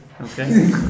Okay